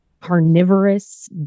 carnivorous